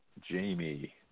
Jamie